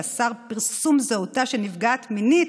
שאסר פרסום זהותה של נפגעת מינית